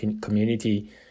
community